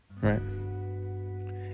Right